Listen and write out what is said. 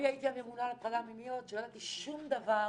אני הייתי הממונה על הטרדות מיניות שלא ידעתי שום דבר,